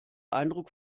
eindruck